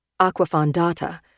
Aquafondata